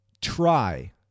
try